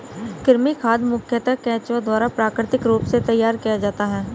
कृमि खाद मुखयतः केंचुआ द्वारा प्राकृतिक रूप से तैयार किया जाता है